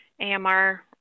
AMR